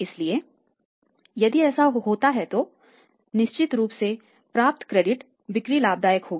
इसलिए यदि ऐसा होता है तो निश्चित रूप से प्राप्त क्रेडिट है